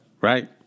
right